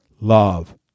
Love